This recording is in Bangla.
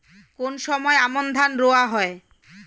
কোন সময় আমন ধান রোয়া হয়?